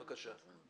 בבקשה.